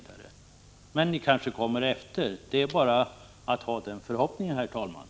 Det är bara att hoppas att ni tänker om.